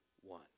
one